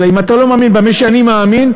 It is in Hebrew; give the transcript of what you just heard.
אלא: אם אתה לא מאמין במה שאני מאמין,